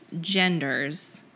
genders